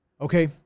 okay